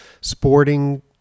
sporting